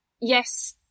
yes